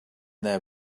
there